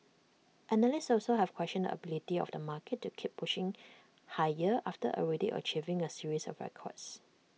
analysts also have questioned the ability of the market to keep pushing higher after already achieving A series of records